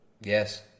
Yes